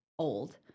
old